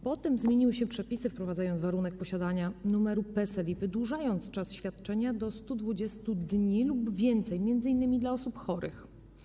Potem zmieniły się przepisy, wprowadzono warunek posiadania numeru PESEL i wydłużono czas świadczenia do 120 dni lub więcej, m.in. dla osób chorych.